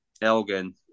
Elgin